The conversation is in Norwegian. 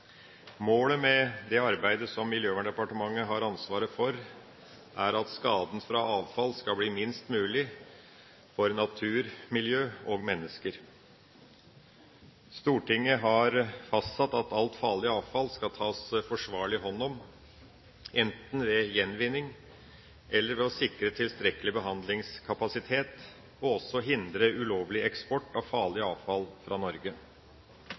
Målet med det arbeidet som Miljøverndepartementet har ansvaret for, er at skaden fra avfall skal bli minst mulig for natur, miljø og mennesker. Stortinget har fastsatt at alt farlig avfall skal tas forsvarlig hånd om, enten ved gjenvinning eller ved å sikre tilstrekkelig behandlingskapasitet og også for å hindre ulovlig eksport av farlig avfall fra Norge.